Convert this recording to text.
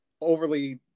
overly